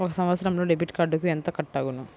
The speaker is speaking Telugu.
ఒక సంవత్సరంలో డెబిట్ కార్డుకు ఎంత కట్ అగును?